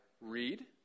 read